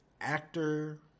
actor